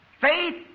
Faith